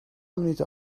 minuten